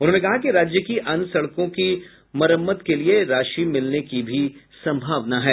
उन्होंने कहा कि राज्य की अन्य सड़कों की मरम्मत के लिए राशि मिलने की भी सम्भावना है